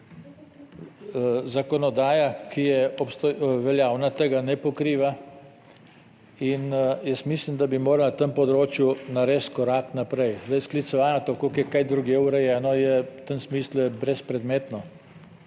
Zakonodaja, ki je veljavna tega ne pokriva in jaz mislim, da bi morali na tem področju narediti korak naprej. Zdaj, sklicevanje na to, koliko je kaj drugje urejeno, je, v tem smislu, je brezpredmetno.